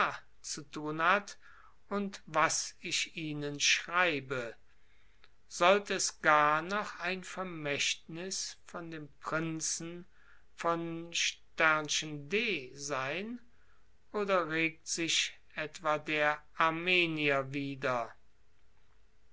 zu tun hat und was ich ihnen schreibe sollte es gar noch ein vermächtnis von dem prinzen von d sein oder regt sich etwa der armenier wieder